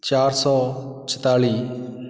ਚਾਰ ਸੌ ਚੁਤਾਲੀ